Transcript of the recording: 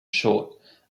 short